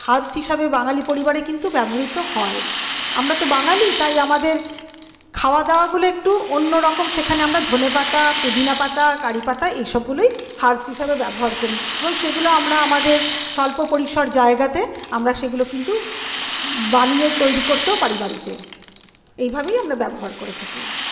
herbs হিসাবে বাঙালি পরিবারে কিন্তু ব্যবহৃত হয় আমরা তো বাঙালি তাই আমাদের খাওয়াদাওয়াগুলো একটু অন্যরকম সেখানে আমরা ধনেপাতা পুদিনাপাতা কারিপাতা এইসবগুলোই হার্বস হিসাবে ব্যবহার করি এবং সেগুলো আমরা আমাদের স্বল্প পরিসর জায়গাতে আমরা সেগুলো কিন্তু বানিয়ে তৈরি করতেও পারি বাড়িতে এইভাবেই আমরা ব্যবহার করে থাকি